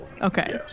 Okay